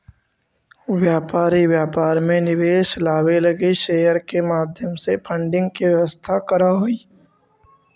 व्यापारी व्यापार में निवेश लावे लगी शेयर के माध्यम से फंडिंग के व्यवस्था करऽ हई